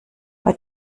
bei